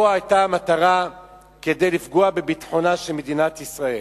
פה היתה המטרה לפגוע בביטחונה של מדינת ישראל.